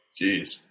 Jeez